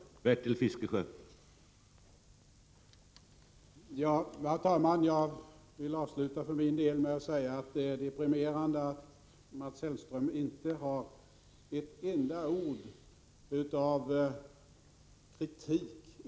delser och utbildningssamarbete med Iran